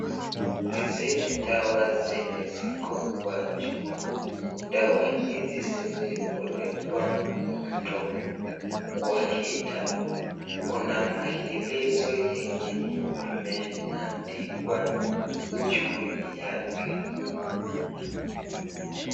Hizi ni dawa zenye ziko kwa chupa, dawa hizi zimefunikwa mdomo. Kwa hii dawa kuna maelezo yenye imeandikwa juu yake.